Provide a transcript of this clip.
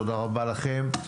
תודה רבה למבקר המדינה,